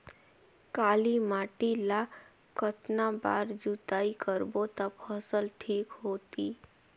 काली माटी ला कतना बार जुताई करबो ता फसल ठीक होती?